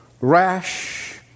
rash